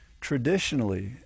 traditionally